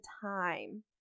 time